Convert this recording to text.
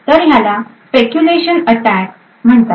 तर ह्याला speculation attack म्हणतात